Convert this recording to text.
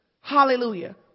Hallelujah